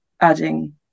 adding